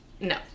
no